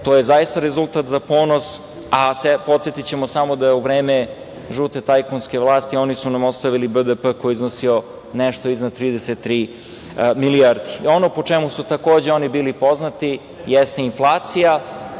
To je zaista rezultat za ponos, a podsetićemo samo da u vreme žute tajkunske vlasti oni su nam ostavili BDP koji je iznosio nešto iznad 33 milijardi. Ono po čemu su takođe oni bili poznati jeste inflacija.